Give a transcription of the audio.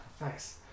Nice